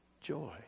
joy